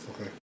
Okay